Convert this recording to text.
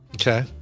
Okay